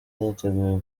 niteguye